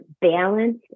balance